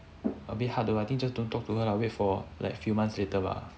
a bit hard though I think just don't talk to her lah wait for like a few months later lah